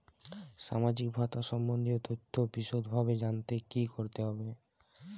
সামাজিক ভাতা সম্বন্ধীয় তথ্য বিষদভাবে জানতে কী করতে হবে?